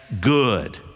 good